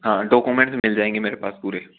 हाँ डाक्यूमेंट्स मिल जाएंगे मेरे पास पूरे